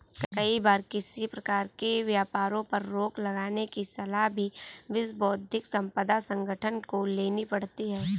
कई बार किसी प्रकार के व्यापारों पर रोक लगाने की सलाह भी विश्व बौद्धिक संपदा संगठन को लेनी पड़ती है